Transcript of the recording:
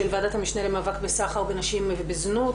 ועדת המשנה למאבק בסחר בנשים ובזנות.